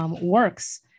works